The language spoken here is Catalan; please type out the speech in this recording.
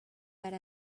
per